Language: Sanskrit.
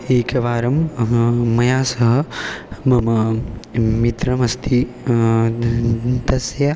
एकवारं मया सह मम मित्रमस्ति तस्य